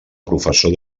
professor